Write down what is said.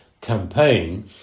campaign